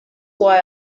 why